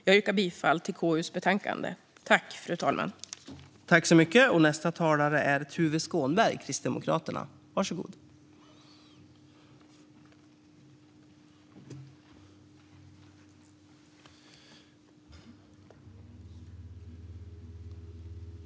Jag yrkar bifall till utskottets förslag till beslut i KU:s betänkande.